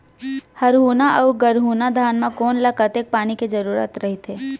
हरहुना अऊ गरहुना धान म कोन ला कतेक पानी के जरूरत रहिथे?